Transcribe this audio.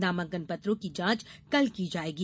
नामांकन पत्रों की जांच कल की जाएगी